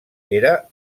era